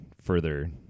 further